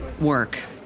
work